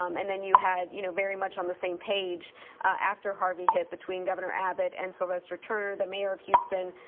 um and then you had you know very much on the same page after harvey hit between governor abbott and sylvester turner, the mayor of houston.